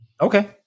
Okay